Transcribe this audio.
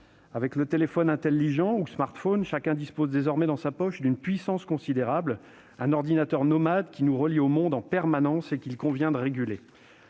Avec le téléphone « intelligent », ou smartphone, chacun dispose désormais dans sa poche d'une puissance considérable, d'un ordinateur nomade qui nous relie au monde en permanence et qu'il convient de réguler.